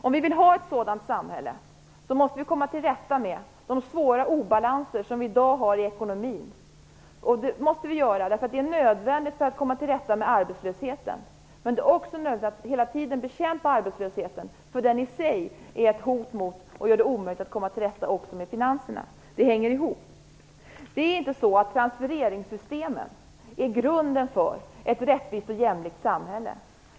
Om vi vill ha ett sådant samhälle, måste vi komma till rätta med de svåra obalanser som vi i dag har i ekonomin. Det är nödvändigt för att komma till rätta med arbetslösheten. Men det är också nödvändigt att hela tiden bekämpa arbetslösheten. Den är i sig ett hot och gör det omöjligt att komma till rätta med finanserna. Det här hänger ihop. Transfereringssystemen är inte grunden för ett rättvist och jämlikt samhälle.